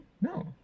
No